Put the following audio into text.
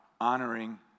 honoring